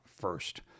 first